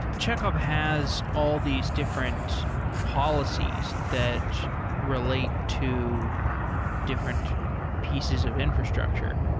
chekhov has all these different policies that relate to different pieces of infrastructure,